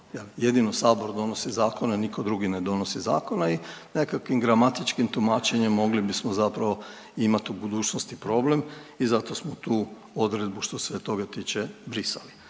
jedino Sabor donosi zakone niko drugi ne donosi zakone i nekakvim gramatičkim tumačenjem mogli bismo zapravo imat u budućnosti problem i zato smo tu odredbu što se toga tiče brisali.